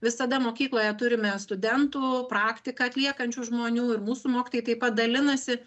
visada mokykloje turime studentų praktiką atliekančių žmonių ir mūsų mokytojai taip pat dalinasi